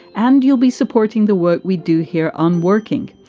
and you'll be supporting the work we do here on working.